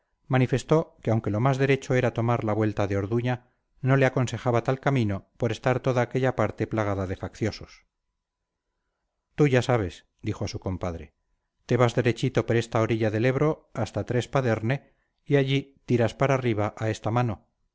manifestó que aunque lo más derecho era tomar la vuelta de orduña no le aconsejaba tal camino por estar toda aquella parte plagada de facciosos tú ya sabes dijo a su compadre te vas derechito por esta orilla del ebro hasta trespaderne y allí tiras para arriba a esta mano